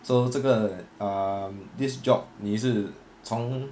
so 这个 um this job 你是从